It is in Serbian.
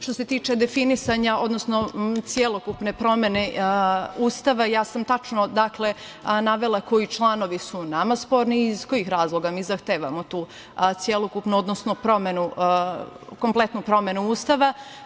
Što se tiče definisanja, odnosno celokupne promene Ustava, ja sam tačno navela koji članovi su nama sporni i iz kojih razloga mi zahtevamo tu celokupnu, odnosno kompletnu promenu Ustava.